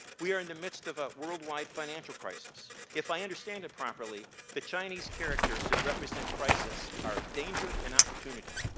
we are in the midst of a worldwide financial crisis. if i understand it properly, the chinese characters that represent crisis are danger and opportunity.